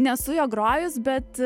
nesu jo grojus bet